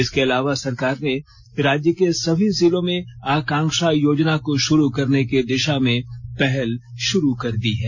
इसके अलावा सरकार ने राज्य के सभी जिलों में आकांक्षा योजना को शुरू करने की दिशा में पहल शुरू कर दी है